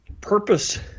purpose